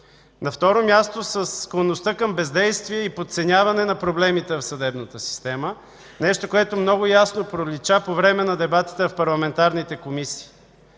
На второ място, склонността към бездействие и подценяване на проблемите в съдебната система – нещо, което много ясно пролича по време на дебатите в парламентарните комисии.